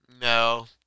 no